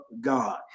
God